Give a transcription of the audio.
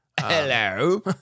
Hello